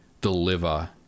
deliver